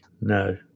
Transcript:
No